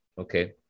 Okay